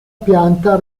pianta